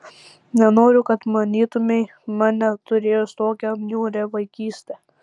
nenoriu kad manytumei mane turėjus tokią niūrią vaikystę